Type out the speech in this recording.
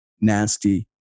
nasty